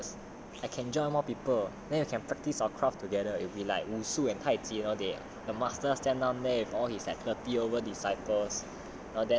then afterwards I can join more people then you can practise our craft together it would be like 武术 or 太极 you know masters stand down there with all his expertise over disciples